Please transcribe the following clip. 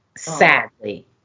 Sadly